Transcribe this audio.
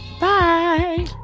Bye